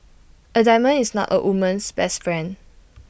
A diamond is not A woman's best friend